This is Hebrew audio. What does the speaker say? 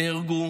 נהרגו,